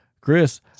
Chris